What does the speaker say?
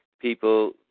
people